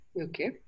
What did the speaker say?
okay